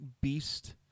beast